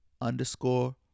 underscore